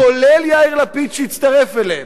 כולל יאיר לפיד, שהצטרף אליהם,